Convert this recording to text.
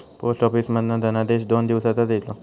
post office मधना धनादेश दोन दिवसातच इलो